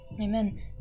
Amen